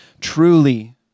truly